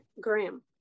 Graham